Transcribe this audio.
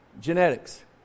genetics